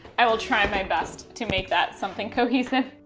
i will try my best to make that something cohesive.